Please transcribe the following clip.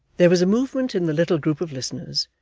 there was a movement in the little group of listeners,